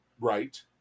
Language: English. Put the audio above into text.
Right